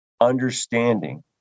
understanding